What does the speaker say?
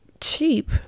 cheap